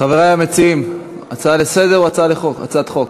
חברי המציעים, הצעה לסדר-היום או הצעת חוק?